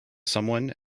someone